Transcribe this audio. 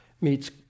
meets